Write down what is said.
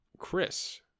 Chris